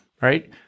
right